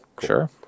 sure